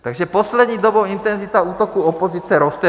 Takže poslední dobou intenzita útoků opozice roste.